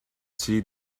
see